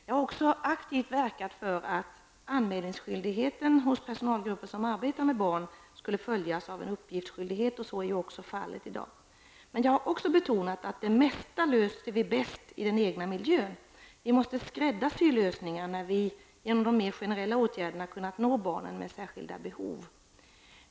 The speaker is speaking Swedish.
Jag har också aktivt verkat för att anmälningsskyldigheten hos personalgrupper som arbetar med barn skulle följas av en uppgiftsskyldighet, och så är också fallet i dag. Men jag har också betonat att vi löser det mesta bäst i den egna miljön. Vi måste skräddarsy lösningar även om vi med generella lösningar har kunnat nå barn med särskilda behov.